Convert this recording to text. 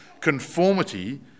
conformity